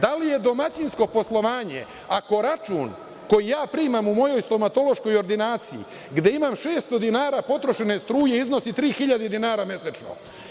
Da li je domaćinsko poslovanje ako račun koji ja primam u mojoj stomatološkoj ordinaciji, gde imam 600 dinara potrošene struje iznosi tri hiljade dinara mesečno?